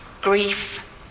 Grief